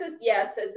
Yes